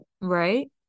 Right